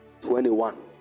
21